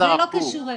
כי זה לא קשור אליהם.